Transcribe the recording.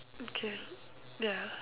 okay ya